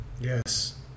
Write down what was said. Yes